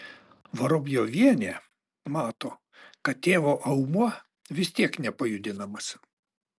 vorobjovienė mato kad tėvo aumuo vis tiek nepajudinamas